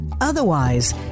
Otherwise